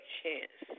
chance